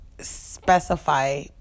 Specify